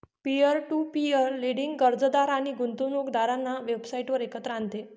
peer to peer lending कर्जदार आणि गुंतवणूकदारांना वेबसाइटवर एकत्र आणते